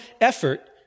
effort